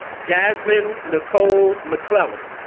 jasmine nicole mcclellan